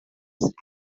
fiancée